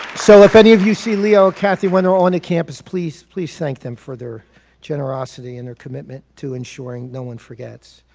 so if any of you see leo or kathy when they are on a campus please please thank them for their generosity and their commitment to ensuring no one forgets.